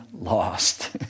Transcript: lost